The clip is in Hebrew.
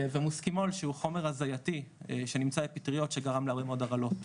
ומוסקימול שהוא חומר הזייתי שנמצא בפטריות שגרם להרבה מאוד הרעלות.